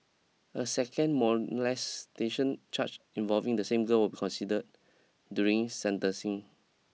a second molestation charge involving the same girl will be considered during sentencing